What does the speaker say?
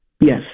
Yes